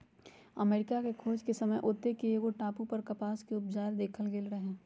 अमरिका के खोज के समय ओत्ते के एगो टापू पर कपास उपजायल देखल गेल रहै